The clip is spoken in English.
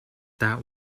that